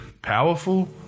Powerful